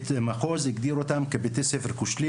המחוז הגדיר אותם כבתי הספר כושלים